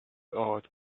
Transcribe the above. old